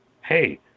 hey